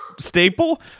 staple